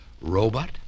robot